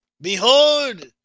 behold